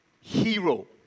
hero